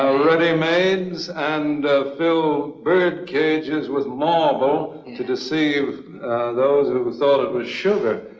readymade and fill bird cages with marble to deceive those who thought it was sugar.